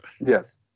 Yes